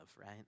right